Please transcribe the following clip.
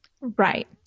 Right